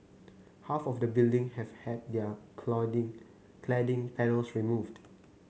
half of the building have had their clouding cladding panels removed